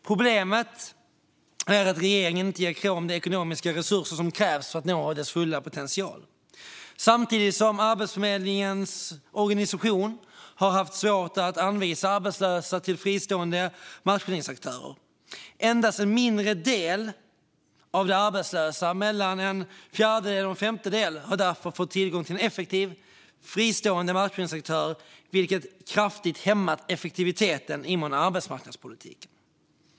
Problemet är att regeringen inte ger Krom de ekonomiska resurser som krävs för att nå dess fulla potential samtidigt som Arbetsförmedlingens organisation har haft svårt att anvisa arbetslösa till fristående matchningsaktörer. Endast en mindre del av de arbetslösa, mellan en fjärdedel och en femtedel, har därför fått tillgång till en effektiv, fristående matchningsaktör, vilket kraftigt hämmat effektiviteten inom arbetsmarknadspolitiken.